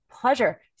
pleasure